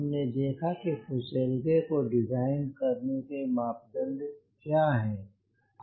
हमने देखा कि फुसेलगे को डिज़ाइन करने के मापदंड क्या हैं